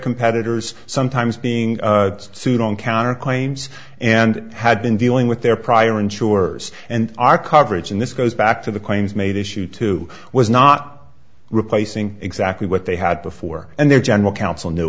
competitors sometimes being sued on counterclaims and had been dealing with their prior insurers and our coverage and this goes back to the claims made issue to was not replacing exactly what they had before and their general coun